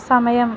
సమయం